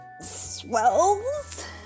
swells